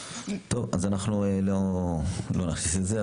טוב, אז אנחנו לא נכניס את זה.